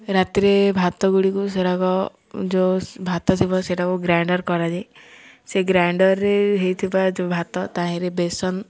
ରାତିରେ ଭାତ ଗୁଡ଼ିକୁ ସେଟାକ ଯେଉଁ ଭାତ ଥିବ ସେଟାକୁ ଗ୍ରାଇଣ୍ଡର୍ କରାଯାଏ ସେ ଗ୍ରାଇଣ୍ଡର୍ରେ ହେଇଥିବା ଯେଉଁ ଭାତ ତାହିଁରେ ବେସନ